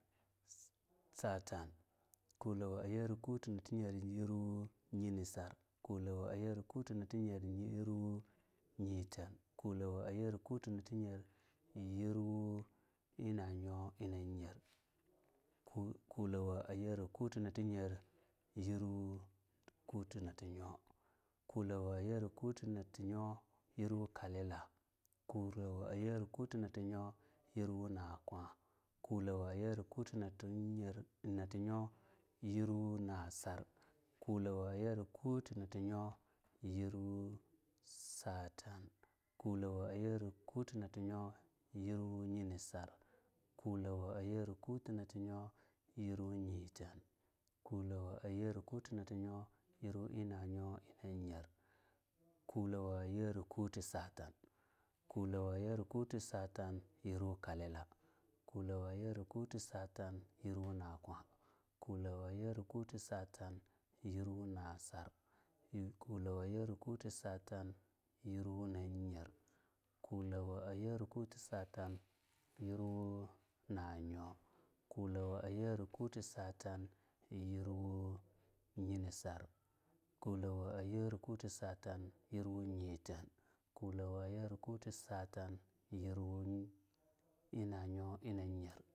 Satan kulawo ayera kutin nati nyer yirwu nyinisar kulawo ayera kutin nati nyer yirwu nyeten kulawo ayera kutin nati nyer yirwu inanyo inanye kulawo ayera kutin nati nyer yirwu kuti nati nyo kulawo ayera kutin nati nyo yirwu kalila kulawo ayera kutin nati nyo yirwu nakwa kulawo ayera kutin nati nyo yirwu nasar kulawo ayera kutin nati nyo yirwu satan kulawo ayera kutin nati nyo yirwu nyinisar kulawo ayera kutin nati nyo yirwu nyiten kulawo ayera kutin nati nyo yirwu inanyo inanyer kulawo ayera kutin satan kulawo ayera kutin satan yirwu kalila kulawo ayera kutin satan yirwo nakwa kulawo ayera kutin satan yirwu nasar kulawo ayera kutin satan yirwu nanyer kulawo ayera kutin satan yirwu nanyo kulawo ayera kutin satan yirwu satan kulawo ayera kutin satan yirwu nyin isar kulawo ayera kutin satan yirwu nyeten kulawo ayera kutin satan yirwu inanyo inanyer.